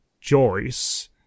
Joyce